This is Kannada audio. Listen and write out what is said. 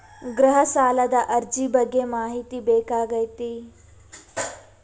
ಗೃಹ ಸಾಲದ ಅರ್ಜಿ ಬಗ್ಗೆ ಮಾಹಿತಿ ಬೇಕಾಗೈತಿ?